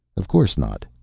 of course not,